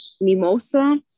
mimosa